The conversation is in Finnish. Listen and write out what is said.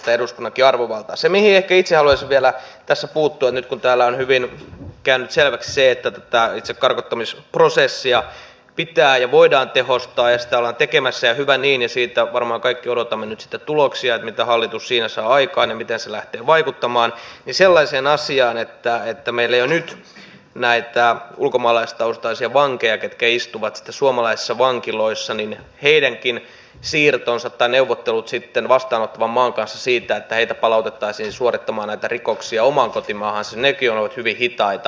se mihin ehkä itse haluaisin vielä tässä puuttua nyt kun täällä on hyvin käynyt selväksi se että tätä itse karkottamisprosessia pitää ja voidaan tehostaa ja sitä ollaan tekemässä ja hyvä niin ja siitä varmaan kaikki odotamme nyt sitten tuloksia että mitä hallitus siinä saa aikaan ja miten se lähtee vaikuttamaan on sellainen asia että meillä jo nyt näiden ulkomaalaistaustaisten vankien ketkä istuvat suomalaisissa vankiloissa siirrot tai neuvottelut vastaanottavan maan kanssa siitä että heitä palautettaisiin suorittamaan näitä rikoksia omaan kotimaahansa ovat hyvin hitaita